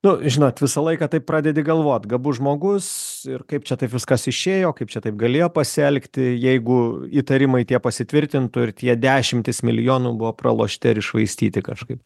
nu žinot visą laiką taip pradedi galvot gabus žmogus ir kaip čia taip viskas išėjo kaip čia taip galėjo pasielgti jeigu įtarimai tie pasitvirtintų ir tie dešimtys milijonų buvo pralošti ar iššvaistyti kažkaip